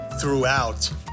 throughout